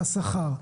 השכר.